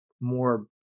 more